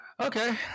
okay